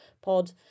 pod